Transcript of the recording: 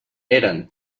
eren